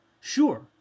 Sure